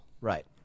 Right